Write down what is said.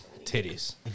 titties